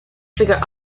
figure